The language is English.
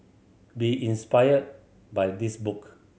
be inspired by this book